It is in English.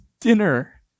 dinner